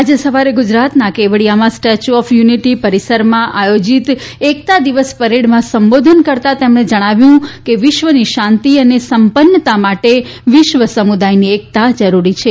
આજે સવારે ગુજરાતના કેવડિયામાં સ્ટેચ્યૂ ઓફ યુનિટિ પરિસરમાં આયોજીત એકતા દિવસ પરેડમાં સંબોધન કરતાં તેમણે જણાવ્યું કે વિશ્વની શાંતિ અને સંપન્નતા માટે વિશ્વ સમુદાયની એકતા જરૂરી છે